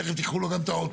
תכף תקחו לו גם את האוטו.